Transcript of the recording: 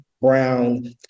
brown